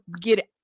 get